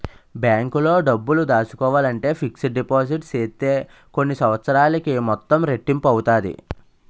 బ్యాంకులో డబ్బులు దాసుకోవాలంటే ఫిక్స్డ్ డిపాజిట్ సేత్తే కొన్ని సంవత్సరాలకి మొత్తం రెట్టింపు అవుతాది